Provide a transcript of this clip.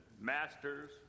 masters